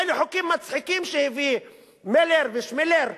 אלו חוקים מצחיקים, שהביאו מילר ושמילר.